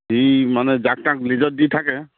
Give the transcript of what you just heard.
সি মানে যাক তাক লিজত দি থাকে